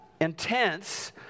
intense